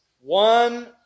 one